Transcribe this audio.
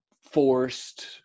forced